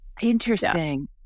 Interesting